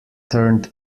turned